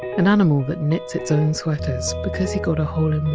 an animal that knits its own sweaters because he got a hole